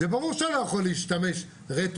זה ברור שאני לא יכול להשתמש רטרואקטיבי.